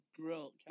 Grill